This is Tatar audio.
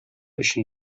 өчен